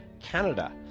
canada